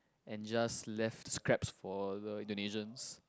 and just left scraps for the Indonesians